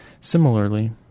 Similarly